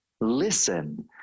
Listen